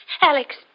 Alex